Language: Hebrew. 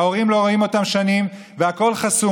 ההורים לא רואים אותם שנים והכול חסום.